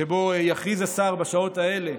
שבו יכריז השר בשעות האלה,